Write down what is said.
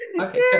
okay